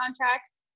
contracts